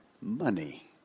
money